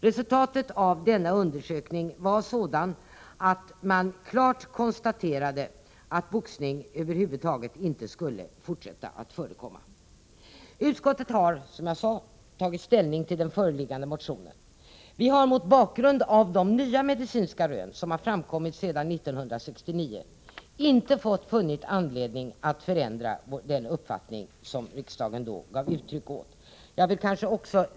Resultatet av denna undersökning var sådant, att man klart konstaterade att boxning över huvud taget inte skulle förekomma i fortsättningen. Utskottet har, som jag sade, tagit ställning till den föreliggande motionen. Vi har mot bakgrund av de nya medicinska rön som framkommit sedan 1969 inte funnit anledning att föreslå att den uppfattning som riksdagen då gav uttryck åt skall ändras.